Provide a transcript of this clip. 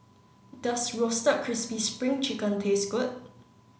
does Roasted Crispy Spring Chicken taste good